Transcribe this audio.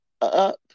up